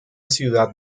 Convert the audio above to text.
ciudad